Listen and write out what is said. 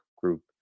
group